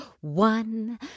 one